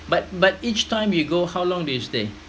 but but each time you go how long do you stay